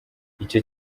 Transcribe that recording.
icyo